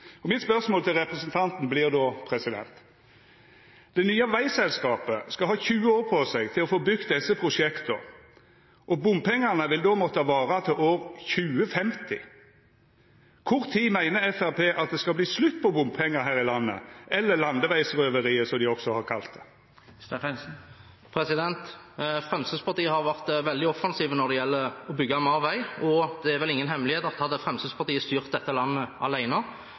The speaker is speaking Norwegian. vegbygging. Mitt spørsmål til representanten vert då: Det nye vegselskapet skal ha 20 år på seg til å få bygd desse prosjekta, og bompengane vil då måtta vara til år 2050. Kva tid meiner Framstegspartiet at det skal verta slutt på bompengar her i landet – eller landevegsrøveriet, som dei òg har kalla det? Fremskrittspartiet har vært veldig offensive når det gjelder å bygge mer vei, og det er vel ingen hemmelighet at hadde Fremskrittspartiet styrt dette landet